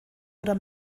oder